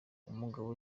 umugabo